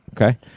Okay